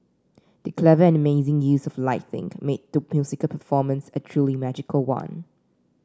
the clever and amazing use of lighting made the musical performance a truly magical one